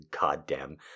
goddamn